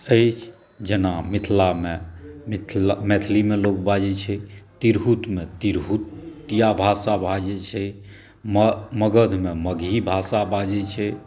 अछि जेना मिथिलामे मैथिलीमे लोक बाजै छै तिरहुतमे तिरहुतिआ भाषा बाजै छै मगधमे मगही भाषा बाजै छै